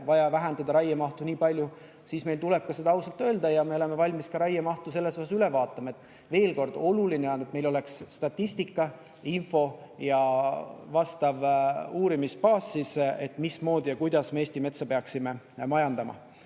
vaja vähendada raiemahtu nii palju, siis meil tuleb ka seda ausalt öelda. Ja me oleme valmis ka raiemahtu selles osas üle vaatama. Veel kord: oluline on, et meil oleks statistika, info ja vastav uurimisbaas, et teada, mismoodi, kuidas me Eesti metsa peaksime majandama.